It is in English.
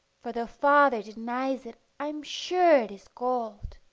for though father denies it, i'm sure it is gold.